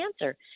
answer